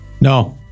No